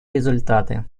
результаты